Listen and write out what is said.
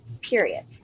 period